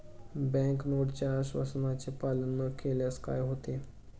Bank नोटच्या आश्वासनाचे पालन न केल्यास काय होते?